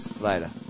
Later